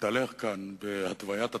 שמתהלך כאן, בהתוויית התקציב,